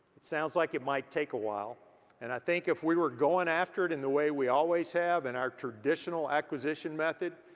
it sounds like it might take a while and i think if we were going after it in the way we always have, in our traditional acquisition method,